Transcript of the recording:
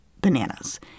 bananas